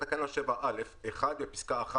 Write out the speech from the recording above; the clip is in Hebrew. בתקנה 7(א) - (1) בפסקה (1)